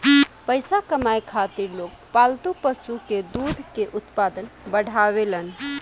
पइसा कमाए खातिर लोग पालतू पशु के दूध के उत्पादन बढ़ावेलन